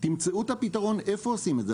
תמצאו את הפתרון איפה עושים את זה,